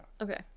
Okay